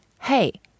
Hey